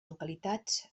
localitats